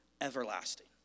everlasting